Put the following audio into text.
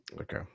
okay